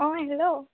অ' hello